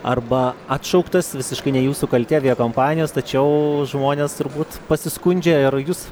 arba atšauktas visiškai ne jūsų kaltė aviakompanijos tačiau žmonės turbūt pasiskundžia ir jus